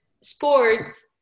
sports